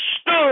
Stood